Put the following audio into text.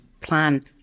plan